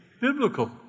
biblical